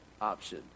option